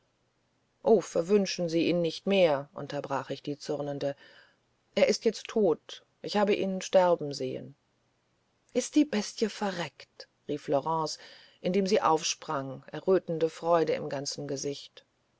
oh verwünschen sie ihn nicht mehr unterbrach ich die zürnende er ist jetzt tot ich habe ihn sterben sehen ist die bestie verreckt rief laurence indem sie aufsprang errötende freude im ganzen gesichte